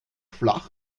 flach